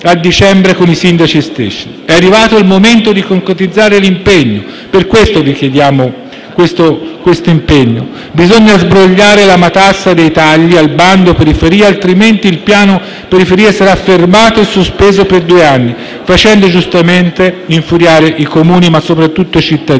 a dicembre con gli stessi sindaci. È arrivato il momento di concretizzare l'impegno. Bisogna sbrogliare la matassa dei tagli al bando periferie, altrimenti il piano periferie sarà fermato e sospeso per due anni, facendo giustamente infuriare i Comuni, ma soprattutto i cittadini.